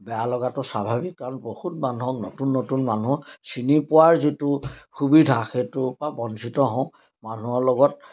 বেয়া লগাটো স্বাভাৱিক কাৰণ বহুত মানুহক নতুন নতুন মানুহ চিনি পোৱাৰ যিটো সুবিধা সেইটো বা বঞ্চিত হওঁ মানুহৰ লগত